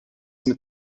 mit